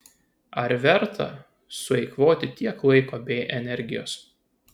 ar verta sueikvoti tiek laiko bei energijos